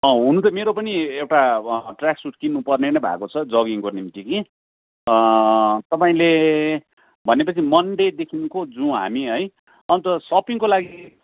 हुनु त मेरो पनि एउटा ट्रेक सुट किन्नुपर्ने नै भएको छ जगिङको निम्ति कि तपाईँले भनेपछि मन्दिरदेखिको जाउँ हामी है अन्त सपिङको लागि